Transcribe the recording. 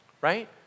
right